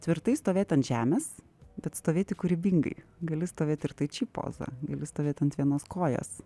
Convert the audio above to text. tvirtai stovėt ant žemės bet stovėti kūrybingai gali stovėt ir tai či poza gali stovėt ant vienos kojos